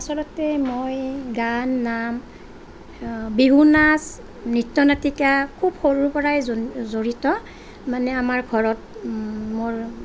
আচলতে মই গান নাম বিহু নাচ নৃত্য নাটিকা খুব সৰুৰ পৰাই জড়িত মানে আমাৰ ঘৰত মোৰ